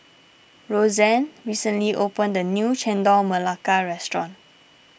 Roseann recently opened a new Chendol Melaka restaurant